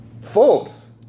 Folks